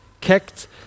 kicked